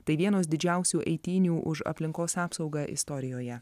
tai vienos didžiausių eitynių už aplinkos apsaugą istorijoje